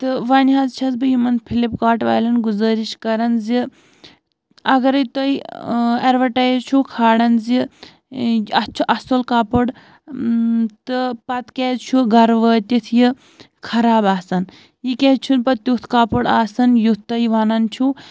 تہٕ وۄنۍ حظ چھَس بہٕ یِمَن فِلِپکاٹ والٮ۪ن گُزٲرِش کَران زِ اَگرَے تۄہہِ اٮ۪ڈوَٹایِز چھُو کھالان زِ اَتھ چھُ اَصٕل کَپُر تہٕ پَتہٕ کیٛازِ چھُو گَرٕ وٲتِتھ یہِ خراب آسان یہِ کیٛازِ چھُنہٕ پَتہٕ تیُتھ کَپُر آسان یُتھ تُہۍ وَنان چھُو